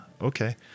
Okay